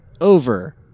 over